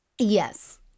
Yes